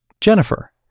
Jennifer